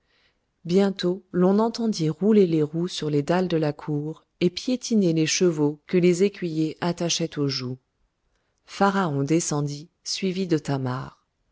bientôt l'on entendit rouler les roues sur les dalles de la cour et piétiner les chevaux que les écuyers attachaient au joug pharaon descendit suivi de thamar